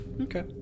Okay